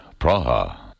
Praha